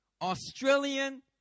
Australian